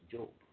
Job